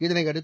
இதனையடுத்து